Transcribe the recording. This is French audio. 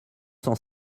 cent